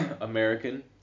American